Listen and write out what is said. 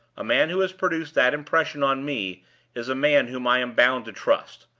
a man who has produced that impression on me is a man whom i am bound to trust.